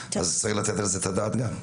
אז צריך לתת על זה את הדעת גם.